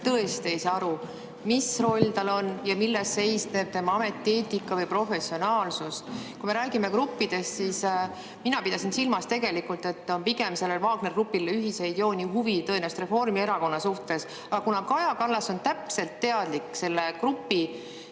tõesti ei saa aru, mis roll tal on ja milles seisneb tema ametieetika või professionaalsus. Kui me rääkisime gruppidest, siis mina pidasin silmas tegelikult seda, et pigem on sellel Wagneri grupil ühiseid jooni ja huve tõenäoliselt Reformierakonnaga. Aga kuna Kaja Kallas on täpselt teadlik sellest grupist,